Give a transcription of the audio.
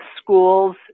schools